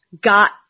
got